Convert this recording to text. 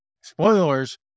spoilers